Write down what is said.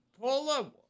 Paula